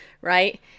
right